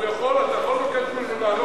אתה יכול לבקש ממנו לעלות.